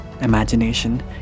Imagination